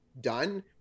done